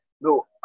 No